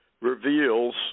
reveals